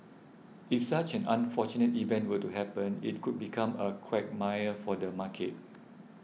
if such an unfortunate event were to happen it could become a quagmire for the market